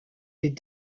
des